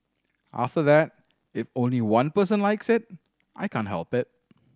after that if only one person likes it I can't help it